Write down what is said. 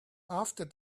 after